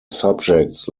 subjects